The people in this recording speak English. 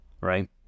right